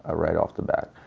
ah right off the bat.